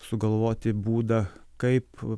sugalvoti būdą kaip